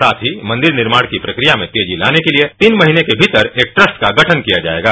साथ ही मंदिर निर्माण की प्रक्रिया में तेजी लाने के लिए तीन महीने के भीतर एक ट्रस्ट का गठन किया जाएगा